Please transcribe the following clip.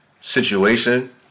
situation